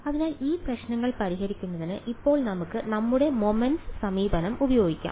അതിനാൽ ഈ പ്രശ്നങ്ങൾ പരിഹരിക്കുന്നതിന് ഇപ്പോൾ നമുക്ക് നമ്മുടെ മൊമെന്റ്സ് സമീപനം ഉപയോഗിക്കാം